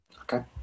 Okay